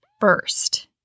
first